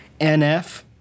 NF